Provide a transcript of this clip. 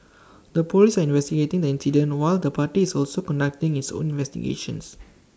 the Police are investigating the incident while the party is also conducting its own investigations